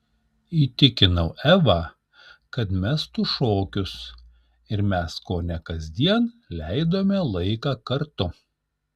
įtikinau evą kad mestų šokius ir mes kone kasdien leidome laiką kartu